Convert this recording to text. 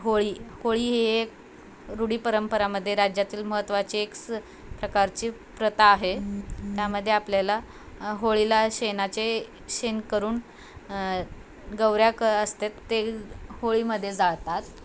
होळी होळी हे रूढी परंपरामध्ये राज्यातील महत्त्वाचे एक स प्रकारची प्रथा आहे त्यामध्ये आपल्याला होळीला शेणाचे शेण करून गौऱ्या क असत ते होळीमध्ये जाळतात